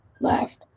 left